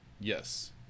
Yes